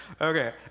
Okay